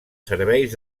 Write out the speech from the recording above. serveis